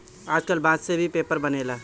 आजकल बांस से भी पेपर बनेला